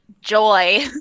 joy